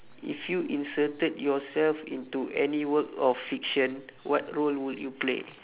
if you inserted yourself into any work of fiction what role would you play